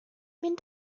mynd